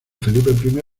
felipe